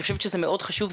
אני חושבת שזה מאוד חשוב,